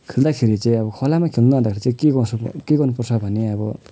खेल्दाखेरि चाहिँ अब खोलामा खेल्नु भन्दाखेरि चाहिँ के गर्छु म के गर्नुपर्छ भने अब